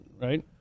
right